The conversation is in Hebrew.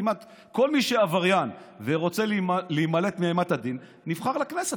כל מי שעבריין ורוצה להימלט מאימת הדין נבחר לכנסת,